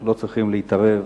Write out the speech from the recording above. לא צריכים להתערב